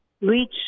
reach